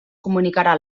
comunicarà